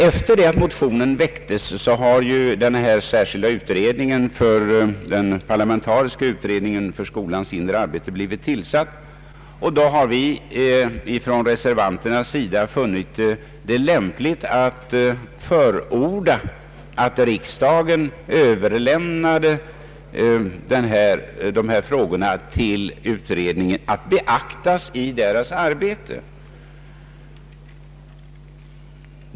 Sedan motionerna väcktes har den parlamentariska utredningen för skolans inre arbete blivit tillsatt, och vi reservanter har funnit det lämpligt att förorda att riksdagen överlämnar dessa frågor till utredningen att beaktas i dess arbete.